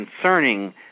concerning